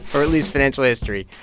or at least financial history.